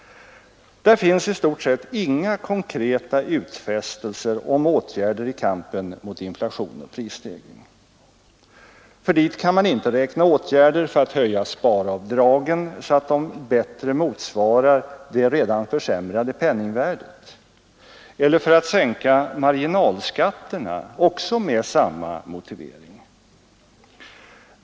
Där finns i stort sett inga konkreta utfästelser om åtgärder i kampen mot inflation och prisstegring — för dit kan man inte räkna åtgärder för att höja sparavdragen, så att de bättre motsvarar det redan försämrade penningvärdet, eller för att sänka marginalskatterna, med samma motivering.